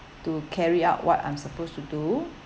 to carry out what I'm supposed to do